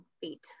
feet